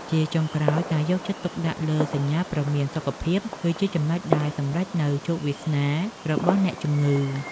ជាចុងក្រោយ ការយកចិត្តទុកដាក់លើសញ្ញាព្រមានសុខភាព គឺជាចំណុចដែលសម្រេចនូវជោគវាសនារបស់អ្នកជំងឺ។